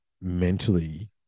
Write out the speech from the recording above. mentally